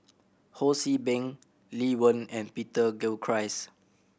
Ho See Beng Lee Wen and Peter Gilchrist